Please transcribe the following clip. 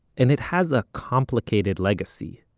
and it has a complicated legacy.